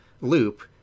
loop